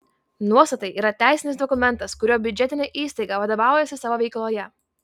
nuostatai yra teisinis dokumentas kuriuo biudžetinė įstaiga vadovaujasi savo veikloje